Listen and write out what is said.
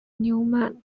newman